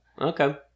Okay